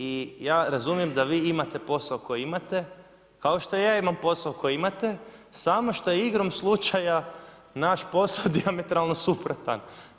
I ja razumijem da vi imate posao koji imate kao što ja imam posao koji imate samo što je igrom slučaja naš posao dijametralno suprotan.